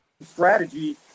strategy